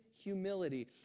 humility